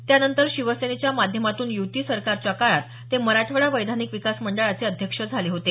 त्यानंतर शिवसेनेच्या माध्यमातून युती सरकारच्या काळात ते मराठवाडा वैधानिक विकास मंडळाचे अध्यक्ष झाले होते